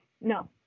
No